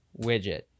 widget